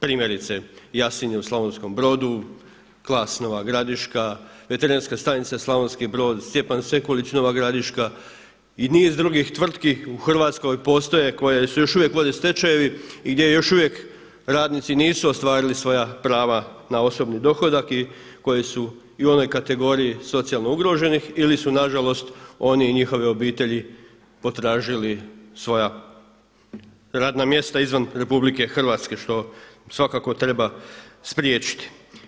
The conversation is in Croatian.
Primjerice Jasinje u Slavonskom Brodu, Klas Nova Gradiška, Veterinarska stanica Slavonski Brod, Stjepan Sekulić Nova Gradiška i niz drugih tvrtki u Hrvatskoj postoje koje se još uvijek vode stečajevi i gdje još uvijek radnici nisu ostvarili svoja prava na osobni dohodak i koji su u onoj kategoriji socijalno ugroženih ili su na žalost oni i njihove obitelji potražili svoja radna mjesta izvan RH što svakako treba spriječiti.